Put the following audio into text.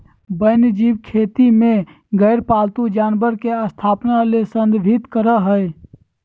वन्यजीव खेती में गैर पालतू जानवर के स्थापना ले संदर्भित करअ हई